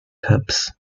cubs